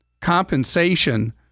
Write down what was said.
compensation